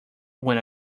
when